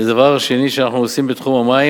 הדבר השני שאנחנו עושים בתחום המים,